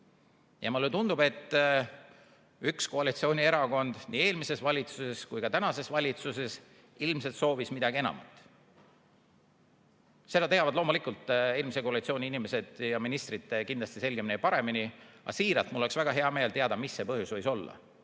Mulle tundub, et üks koalitsioonierakond nii eelmises valitsuses kui ka tänases valitsuses ilmselt soovis midagi enamat. Seda teavad loomulikult eelmise koalitsiooni inimesed ja ministrid kindlasti selgemini ja paremini. Aga siiralt, mul oleks väga hea meel teada, mis see põhjus võis olla.